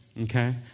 Okay